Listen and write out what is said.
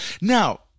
Now